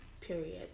Period